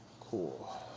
Cool